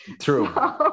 True